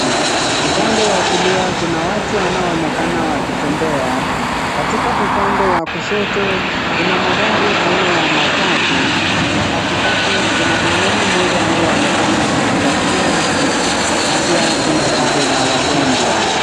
Upande wa kulia kuna watu wanaoonekana wakitembea, katika upande wa kushoto kuna magari aina ya matatu na katikati kuna mwanaume mmoja anayeonekana kujitafutia riziki na pia kuna gari la wagonjwa.